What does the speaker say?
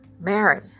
Mary